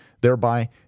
thereby